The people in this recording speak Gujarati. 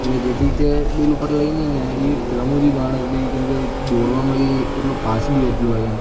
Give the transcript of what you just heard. એટલે જેથી તે દિલ ઉપર લે નહીં ને એ રમૂજી માણસ બી કેમકે દોડવામાં એ એટલો ફાસ્ટ બી એટલો છે એમ